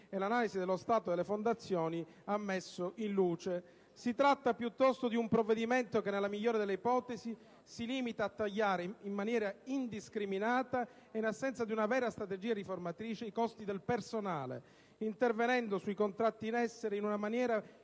e l'analisi dello stato delle fondazioni ha messo in luce. Si tratta, piuttosto, di un provvedimento che, nella migliore delle ipotesi, si limita a tagliare, in maniera indiscriminata e in assenza di una vera strategia riformatrice, i costi del personale, intervenendo sui contratti in essere in una maniera che,